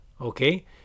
okay